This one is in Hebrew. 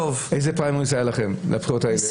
איזה פריימריז היה לכם לבחירות האלה?